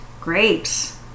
grapes